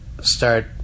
start